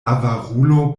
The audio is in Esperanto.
avarulo